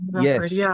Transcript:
Yes